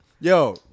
Yo